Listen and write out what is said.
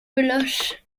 bloch